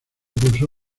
cursó